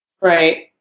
Right